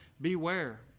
beware